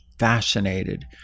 fascinated